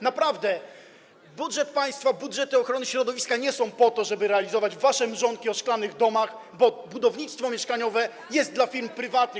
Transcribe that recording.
Naprawdę budżet państwa, budżet ochrony środowiska nie są po to, żeby realizować wasze mrzonki o szklanych domach, bo budownictwo mieszkaniowe jest dla firm prywatnych.